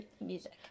music